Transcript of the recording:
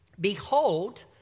behold